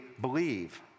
believe